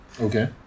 okay